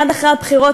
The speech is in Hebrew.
מייד אחרי הבחירות,